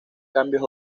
cambios